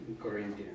Corinthians